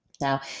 now